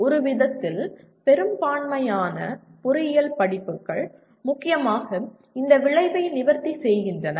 ஒருவிதத்தில் பெரும்பான்மையான பொறியியல் படிப்புகள் முக்கியமாக இந்த விளைவை நிவர்த்தி செய்கின்றன